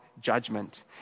judgment